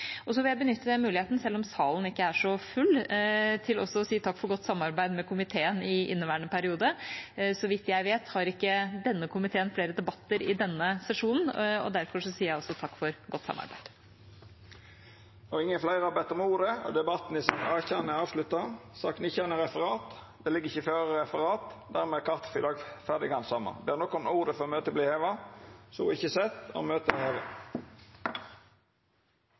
vil benytte muligheten – selv om salen ikke er så full – til også å si takk for godt samarbeid med komiteen i inneværende periode. Så vidt jeg vet, har ikke denne komiteen flere debatter i denne sesjonen, og derfor sier jeg også takk for godt samarbeid. Fleire har ikkje bedt om ordet til sak nr. 18. Det ligg ikkje føre noko referat. Dermed er kartet for i dag ferdig handsama. Ber nokon om ordet før møtet vert heva? – Møtet er